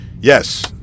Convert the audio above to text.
yes